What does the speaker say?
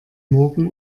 morgen